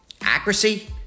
Accuracy